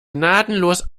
gnadenlos